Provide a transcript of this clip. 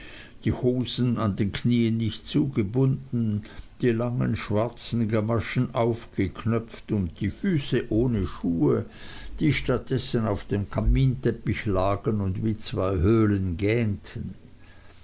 die hosen an den knieen nicht zugebunden die langen schwarzen gamaschen aufgeknöpft und die füße ohne schuhe die statt dessen auf dem kaminteppich lagen und wie zwei höhlen